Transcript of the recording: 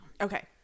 Okay